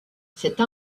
cette